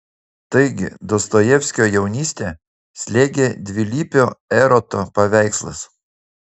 taigi dostojevskio jaunystę slėgė dvilypio eroto paveikslas